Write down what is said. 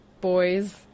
boys